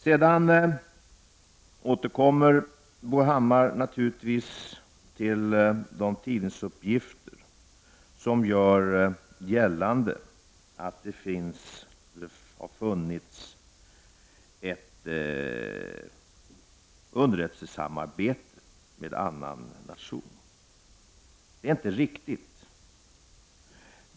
Sedan återkommer naturligtvis Bo Hammar till de tidningsuppgifter i vilka görs gällande att Sverige har haft ett underrättelsesamarbete med annan nation. Detta är inte riktigt.